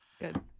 Good